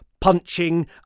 punching